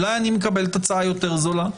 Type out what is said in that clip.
אולי אני מקבלת הצעה יותר זולה?